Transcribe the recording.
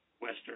Western